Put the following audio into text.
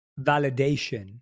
validation